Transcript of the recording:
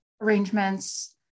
arrangements